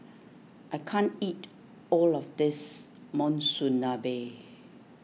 I can't eat all of this Monsunabe